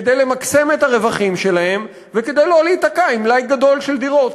כדי למקסם את הרווחים שלהם וכדי לא להיתקע עם מלאי גדול של דירות.